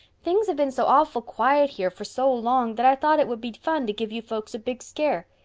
things have been so awful quiet here for so long that i thought it would be fun to give you folks a big scare.